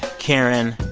karen,